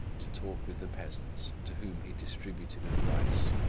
to talk with the peasants, to whom he distributed advice.